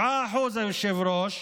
7% מהסטודנטים, היושב-ראש,